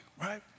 right